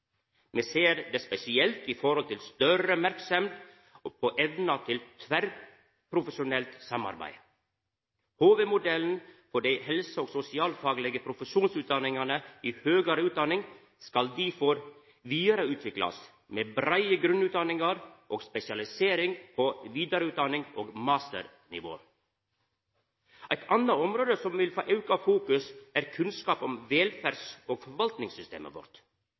Me ser det spesielt i forhold til større merksemd på evna til tverrprofesjonelt samarbeid. Hovudmodellen for dei helse- og sosialfaglege profesjonsutdanningane i høgare utdanning skal difor vidareutviklast med breie grunnutdanningar og spesialisering på vidareutdannings- og masternivå. Eit anna område som vil få auka fokus, er kunnskap om velferds- og forvaltingssystemet vårt.